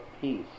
peace